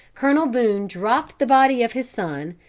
colonel boone dropped the body of his son,